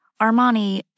Armani